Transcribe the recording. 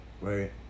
right